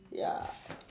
ya